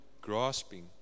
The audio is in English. grasping